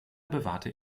bewahrte